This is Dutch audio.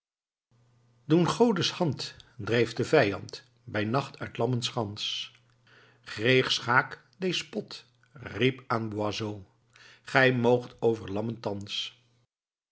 doen godes hand dreef den vijand bij nacht uit lammen schans creegh schaeck deez pot riep aan boizot gij moocht over lammen thans